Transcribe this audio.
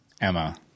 Emma